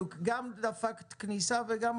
אבל בנוגע לניקוי וחיטוי אני רק אומר שזה עדכון בעקבות עדכון